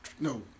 No